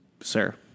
sir